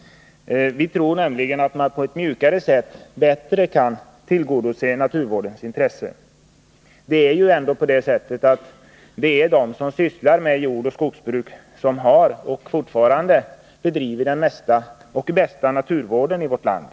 Vi tror att man genom ett mjukare förfaringssätt bättre kan tillgodose naturvårdens intressen. Det är ju ändå så att det är de som sysslar med jordoch skogsbruk som har bedrivit och fortfarande bedriver den mesta och bästa naturvården i vårt land.